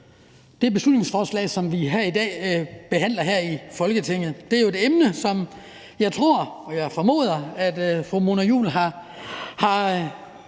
det beslutningsforslag, som vi behandler her i dag i Folketinget. Det er jo et emne, som jeg tror og formoder fru Mona Juul har